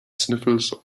sniffles